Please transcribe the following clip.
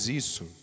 isso